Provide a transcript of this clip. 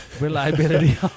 reliability